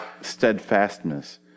steadfastness